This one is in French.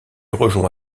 rejoint